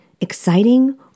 exciting